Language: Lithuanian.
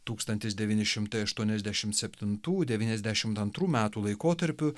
tūkstantis devyni šimtai aštuoniasdešimt septintų devyniasdešimt antrų metų laikotarpiu